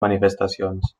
manifestacions